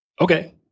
okay